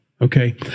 Okay